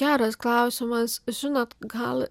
geras klausimas žinot gal